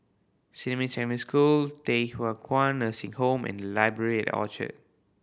Xinmin Secondary School Thye Hua Kwan Nursing Home and Library at Orchard